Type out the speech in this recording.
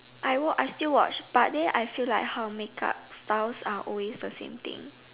I watch I still watch but then I feel like how make up styles are always the same thing